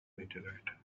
meteorite